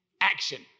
action